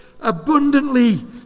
abundantly